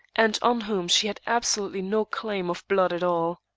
and on whom she had absolutely no claim of blood at all.